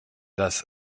das